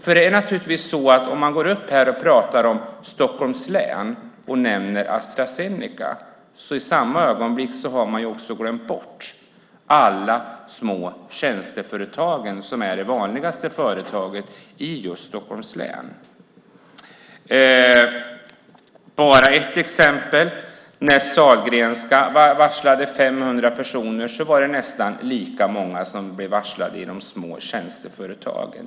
Om man går upp i debatten och talar om Stockholms län och nämner Astra Zeneca har man i samma ögonblick också glömt bort alla små tjänsteföretag som är den vanligaste typen av företag i just Stockholms län. Jag kan bara ta ett exempel. När Sahlgrenska varslade 500 personer var det nästan lika många som blev varslade i de små tjänsteföretagen.